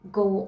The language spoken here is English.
go